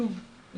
שוב,